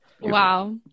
Wow